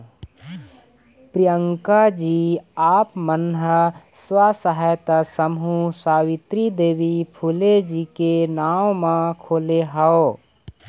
प्रियंकाजी आप मन ह स्व सहायता समूह सावित्री देवी फूले जी के नांव म खोले हव